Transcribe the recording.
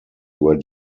were